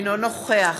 אינו נוכח